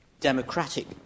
Democratic